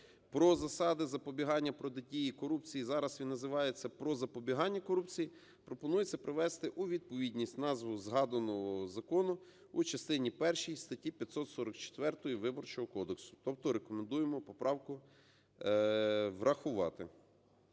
"Про засади запобігання і протидії корупції», зараз він називається "Про запобігання корупції", пропонується привести у відповідність назву згаданого закону у частині першій статті 544 Виборчого кодексу. Тобто рекомендуємо поправку врахувати.